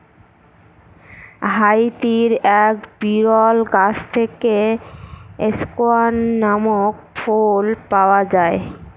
হাইতির এক বিরল গাছ থেকে স্কোয়ান নামক ফুল পাওয়া যায়